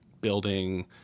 building